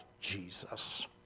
Jesus